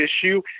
issue